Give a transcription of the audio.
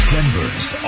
Denver's